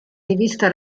rivista